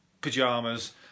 pajamas